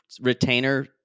retainer